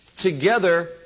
Together